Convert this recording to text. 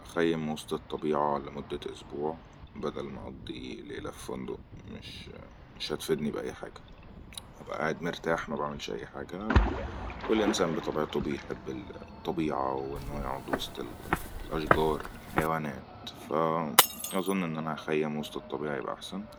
اخيم وسط الطبيعة لمدة اسبوع بدل ما أئضي ليلة في فندأ مش هتفيدني بأي حاجة هبئى ئاعد مرتاح ما بعملش أي حاجة والانسان بطبيعتو بيحب الطبيعة واانو يعد وسط الاشجار والحيوانات فأظن ان ان انا اخيم وسط الطبيعة يبئااحسن